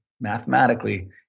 Mathematically